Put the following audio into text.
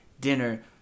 dinner